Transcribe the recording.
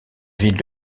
ville